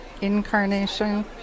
incarnation